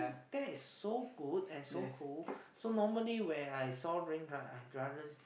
that is so good and so cool so normally when I saw rain right I rather